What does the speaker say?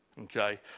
Okay